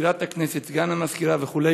מזכירת הכנסת, סגן המזכירה וכו',